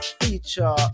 feature